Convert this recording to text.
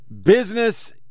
Business